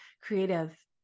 creative